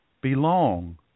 belong